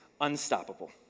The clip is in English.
unstoppable